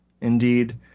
indeed